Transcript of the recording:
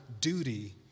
duty